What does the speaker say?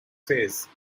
phase